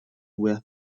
were